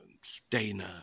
Stainer